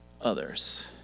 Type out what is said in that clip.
others